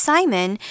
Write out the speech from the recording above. Simon